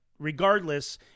Regardless